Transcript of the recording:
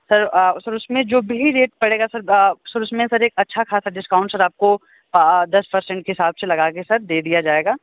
sir sir उसमें जो भी रेट पड़ेगा सर उसमें एक अच्छा खासा डिस्काउंट सर आपको दस परसेंट के हिसाब से लगा के सर दे दिया जाएगा